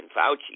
Fauci